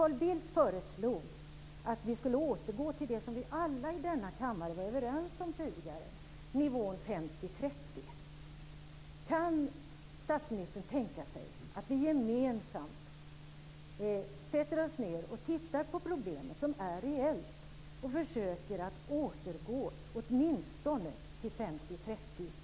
Carl Bildt föreslog att vi skulle återgå till det som vi alla i denna kammare var överens om tidigare i fråga om skatterna, nämligen nivån 50-30. Kan statsministern tänka sig att vi gemensamt sätter oss ned och tittar på problemet som är reellt och försöker att återgå till åtminstone till 50-30-nivån?